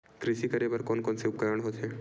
कृषि करेबर कोन कौन से उपकरण होथे?